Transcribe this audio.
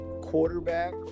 quarterback